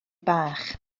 bach